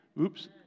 Oops